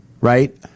right